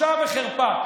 בושה וחרפה.